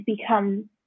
become